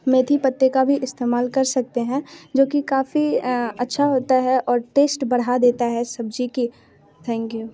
मेथी पत्ते का भी इस्तेमाल कर सकते हैं जो कि काफ़ी अच्छा होता है और टेस्ट बढ़ा देता है सब्ज़ी की थैंक यू